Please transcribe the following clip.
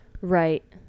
Right